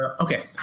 okay